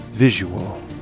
visual